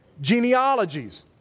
genealogies